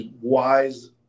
wise